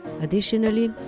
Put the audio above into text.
Additionally